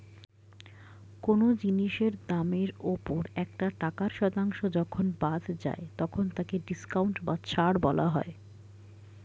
কোন জিনিসের দামের ওপর একটা টাকার শতাংশ যখন বাদ যায় তখন তাকে ডিসকাউন্ট বা ছাড় বলা হয়